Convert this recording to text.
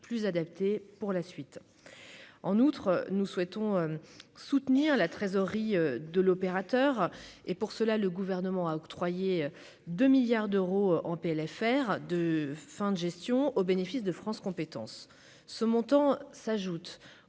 plus adapté pour la suite, en outre, nous souhaitons soutenir la trésorerie de l'opérateur et pour cela, le gouvernement a octroyé 2 milliards d'euros en PLFR de fin de gestion au bénéfice de France compétences ce montant s'ajoute